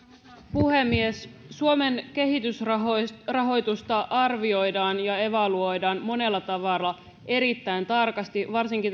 puhemies suomen kehitysrahoitusta arvioidaan ja evaluoidaan monella tavalla erittäin tarkasti varsinkin